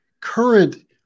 current